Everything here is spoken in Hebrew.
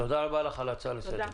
תודה רבה לך על ההצעה לסדר.